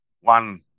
one